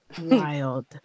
wild